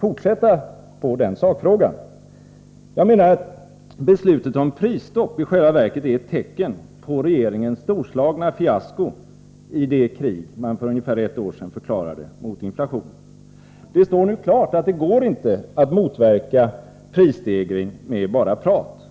fortsätta med den sakfrågan. Beslutet om prisstopp är i själva verket ett tecken på regeringens storslagna fiasko i det krig den för ungefär ett år sedan förklarade mot inflationen. Det står nu klart att det inte går att motverka prisstegring med bara prat.